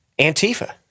Antifa